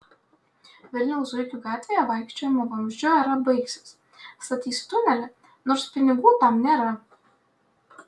vilniaus zuikių gatvėje vaikščiojimo vamzdžiu era baigsis statys tunelį nors pinigų tam nėra